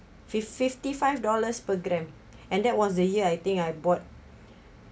fifth fifty five dollars per gram and that was the year I think I bought